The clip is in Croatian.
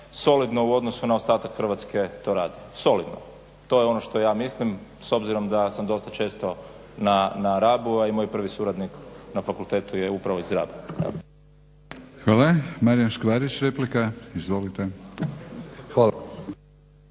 solidno u odnosu na ostatak Hrvatske to radi, solidno, to je ono što ja mislim s obzirom da sam vrlo često na Rabu a i moj prvi suradnik na fakultetu je upravo iz Raba. **Batinić, Milorad (HNS)** Hvala.